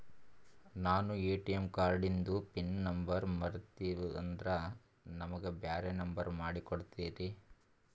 ನಾನು ಎ.ಟಿ.ಎಂ ಕಾರ್ಡಿಂದು pin number ಮರತೀವಂದ್ರ ನಮಗ ಬ್ಯಾರೆ ನಂಬರ್ ಮಾಡಿ ಕೊಡ್ತೀರಿ?